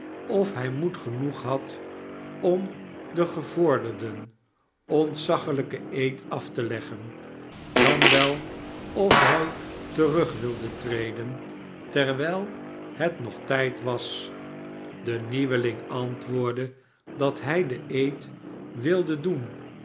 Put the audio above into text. of hij moed genoeg had om den gevorderden ontzaglijken eed af te leggen dan wel of hij terug wilde treden terwijl het nog tijd was de nieuweling antwoordde dat hij den eed wilde doen